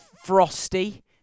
frosty